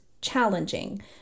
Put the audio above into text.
challenging